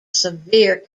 severe